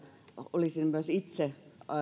olisin myös itse